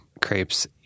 crepes